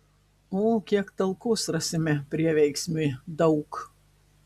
o kiek talkos rasime prieveiksmiui daug